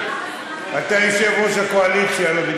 אתה רוצה לנהל את הישיבה פה עוד רגע?